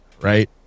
right